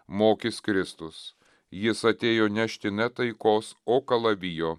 mokys kristus jis atėjo nešti ne taikos o kalavijo